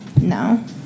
No